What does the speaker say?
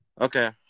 Okay